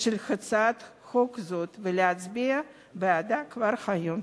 של הצעת חוק זאת ולהצביע בעדה כבר היום.